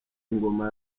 ngoma